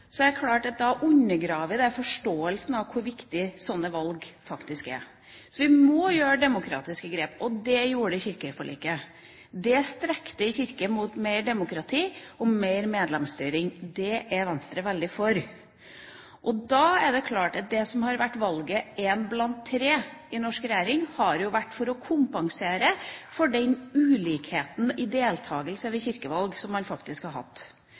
undergraver det forståelsen av hvor viktige sånne valg faktisk er. Vi må ta demokratiske grep, og det gjorde vi i kirkeforliket. Det strekte Kirken mot mer demokrati og mer medlemsstyring. Det er Venstre veldig for. Da er det klart at valget av én blant tre i den norske regjeringa har vært for å kompensere for den ulikheten i deltakelse ved kirkevalg som man faktisk har hatt.